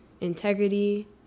integrity